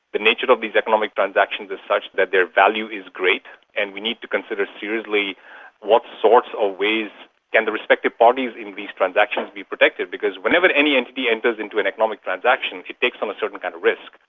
the nature of these economic transactions is such that their value is great and we need to consider seriously what sorts of ways can the respective bodies in these transactions be protected. because whenever any entity enters into an economic transaction, takes on a certain kind of risk,